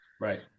Right